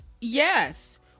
Yes